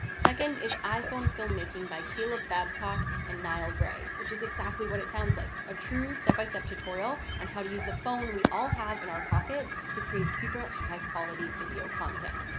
second is iphone filmmaking by caleb babcock and nile gray, which is exactly what it sounds like, a true step by step tutorial on how to use the phone we all have in our pocket to create super high quality video content,